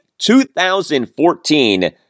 2014